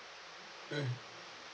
mm